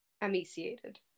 emaciated